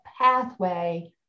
pathway